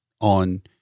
on